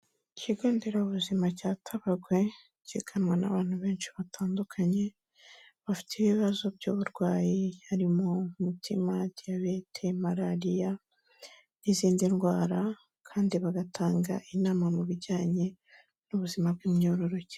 Ikigo nderabuzima cya Tabagwe cyiganwa n'abantu benshi batandukanye, bafite ibibazo by'uburwayi harimo Umutima, Diyabete, Malariya n'izindi ndwara kandi bagatanga inama mu bijyanye n'ubuzima bw'imyororokere.